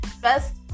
Best